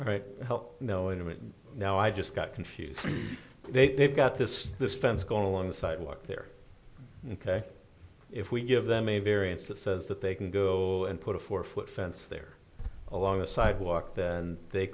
right no into it and now i just got confused they've got this this fence go on the sidewalk they're ok if we give them a variance that says that they can go and put a four foot fence there along the sidewalk then they